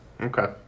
okay